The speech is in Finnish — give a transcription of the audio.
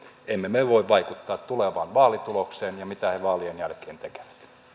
emme me voi vaikuttaa tulevaan vaalitulokseen ja siihen mitä he vaalien jälkeen tekevät